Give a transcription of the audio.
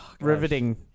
Riveting